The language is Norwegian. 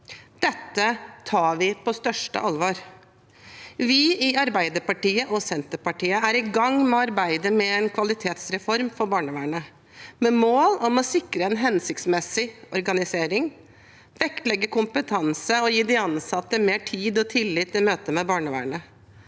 Dette tar vi på største alvor. Vi i Arbeiderpartiet og Senterpartiet er i gang med å arbeide med en kvalitetsreform for barnevernet, med mål om å sikre en hensiktsmessig organisering, vektlegge kompetanse og gi de ansatte mer tid og tillit i møte med barnevernet.